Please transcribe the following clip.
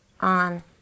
on